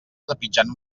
trepitjant